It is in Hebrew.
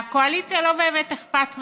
לקואליציה לא באמת אכפת מהשבת,